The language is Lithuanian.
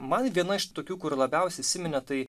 man viena iš tokių kur labiausiai įsiminė tai